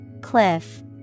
Cliff